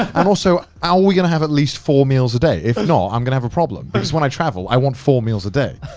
and also, are we gonna have at least four meals a day? if not, i'm going to have a problem. because when i travel, i want four meals a day.